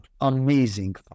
amazing